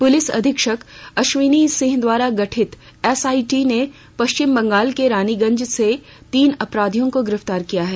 police अधीक्षक अश्विनी सिंह द्वारा गठित एसआइटी ने पश्चिम बंगाल के रानीगंज से तीन अपराधियों को गिरफतार किया है